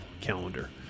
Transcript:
calendar